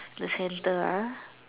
the center ah